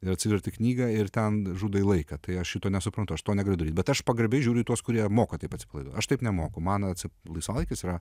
ir atsiverti knygą ir ten žudai laiką tai aš šito nesuprantu aš to negaliu daryt bet aš pagarbiai žiūriu į tuos kurie moka taip atsipalaiduot aš taip nemoku man atseit laisvalaikis yra